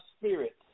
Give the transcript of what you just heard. spirit